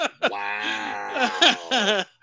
Wow